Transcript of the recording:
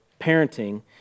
parenting